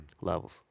levels